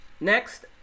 Next